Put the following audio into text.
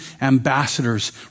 ambassadors